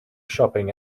shopping